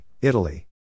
Italy